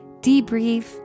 debrief